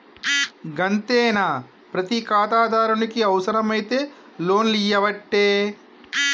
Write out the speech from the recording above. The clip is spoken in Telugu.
గంతేనా, ప్రతి ఖాతాదారునికి అవుసరమైతే లోన్లియ్యవట్టే